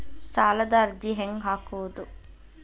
ಸಾಲದ ಅರ್ಜಿ ಹೆಂಗ್ ಹಾಕುವುದು?